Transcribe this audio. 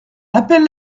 appelle